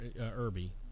Irby